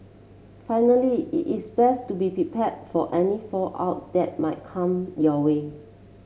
finally it is best to be prepared for any fallout that might come your way